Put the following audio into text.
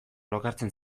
lokartzen